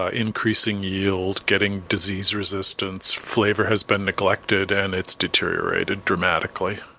ah increasing yield, getting disease resistance. flavor has been neglected and it's deteriorated dramatically,